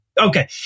Okay